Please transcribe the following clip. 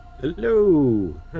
Hello